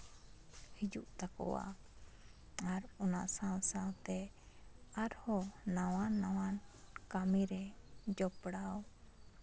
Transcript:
ᱦᱤᱡᱩᱜ ᱛᱟᱠᱚᱣᱟ ᱟᱨ ᱚᱱᱟ ᱥᱟᱶ ᱥᱟᱶ ᱛᱮ ᱟᱨᱦᱚᱸ ᱱᱟᱣᱟ ᱱᱟᱣᱟᱱ ᱠᱟ ᱢᱤᱨᱮ ᱡᱚᱯᱲᱟᱣ